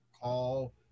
call